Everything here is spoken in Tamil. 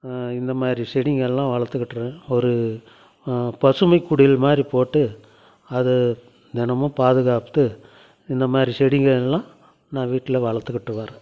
இந்தமாதிரி செடிங்கள்லாம் வளர்த்துகிட்டு ஒரு பசுமைக் குடில் மாதிரி போட்டு அது தினமும் பாதுகாத்து இந்தமாதிரி செடிங்கள்லாம் நான் வீட்டில் வளர்த்துக்கிட்டு வரேன்